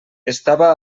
estava